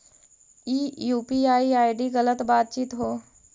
ई UPI ID गलत बताबीत हो